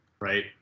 right